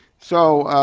so,